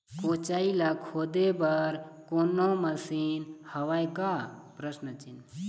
कोचई ला खोदे बर कोन्हो मशीन हावे का?